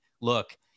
look